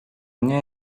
nie